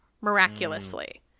miraculously